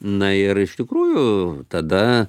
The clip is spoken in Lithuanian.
na ir iš tikrųjų tada